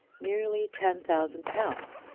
nearly ten thousand pounds,